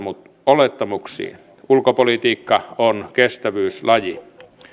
olettamuksiin ulkopolitiikka on kestävyyslaji